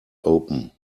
open